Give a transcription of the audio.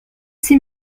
six